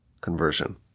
conversion